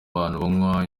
banywa